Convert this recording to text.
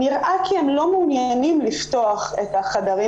נראה כי הם לא מעוניינים לפתוח את החדרים